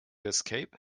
escape